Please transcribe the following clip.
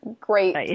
great